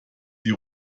die